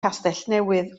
castellnewydd